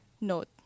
note